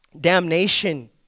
Damnation